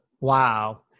Wow